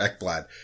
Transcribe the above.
Ekblad